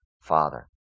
Father